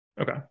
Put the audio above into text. okay